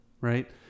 right